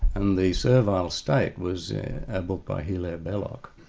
and the servile state was a book by hilaire belloc,